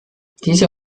diese